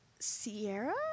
Sierra